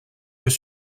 yeux